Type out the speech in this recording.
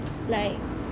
like